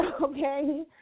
okay